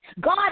God